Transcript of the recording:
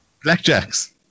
Blackjacks